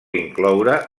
incloure